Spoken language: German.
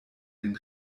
den